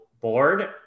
board